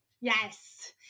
Yes